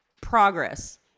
progress